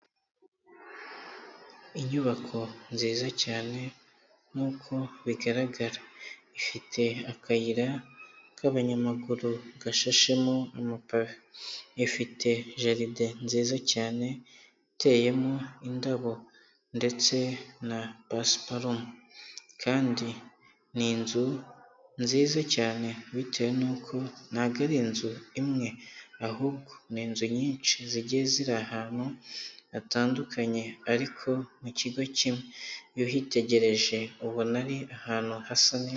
Inyubako nziza cyane nk'uko bigaragara, ifite akayira k'abanyamaguru gashashemo amapave, ifite jaride nziza cyane iteyemo indabo ndetse na pasiparumu, kandi ni inzu nziza cyane bitewe n'uko ntabwo ari inzu imwe ahubwo ni inzu nyinshi zigiye ziri ahantu hatandukanye ariko mu kigo kimwe, iyo uhitegereje ubona ari ahantu hasa neza.